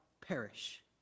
Perish